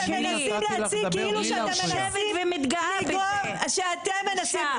והיא יושבת ומתגאה בזה בושה.